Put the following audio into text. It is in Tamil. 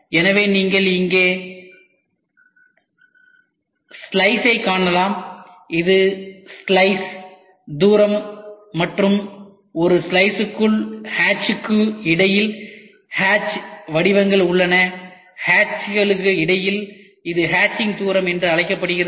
எனவே நீங்கள் இங்கே ஸ்லைஸைக் காணலாம் இது ஸ்லைஸ் தூரம் மற்றும் ஒரு ஸ்லைஸுக்குள் ஹேட்ச்களுக்கு இடையில் ஹட்ச் வடிவங்கள் உள்ளன ஹேட்ச்களுக்கு இடையில் இது ஹட்சிங் தூரம் என்று அழைக்கப்படுகிறது